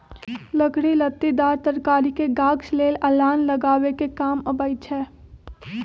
लकड़ी लत्तिदार तरकारी के गाछ लेल अलान लगाबे कें काम अबई छै